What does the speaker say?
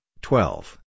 twelve